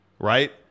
Right